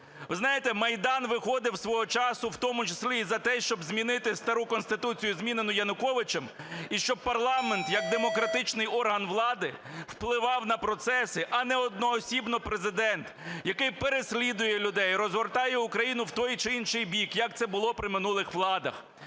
Ви знаєте, Майдан виходив свого часу в тому числі і за те, щоб змінити стару Конституцію, змінену Януковичем, і щоб парламент як демократичний орган влади впливав на процеси, а не одноосібно Президент, який переслідує людей, розвертає Україну в той чи інший бік, як це було при минулих владах.